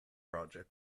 project